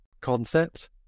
concept